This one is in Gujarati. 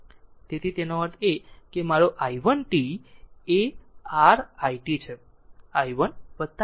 તેથી તેનો અર્થ એ છે કે મારો i 1 t એ r i 1 છે